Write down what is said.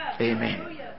Amen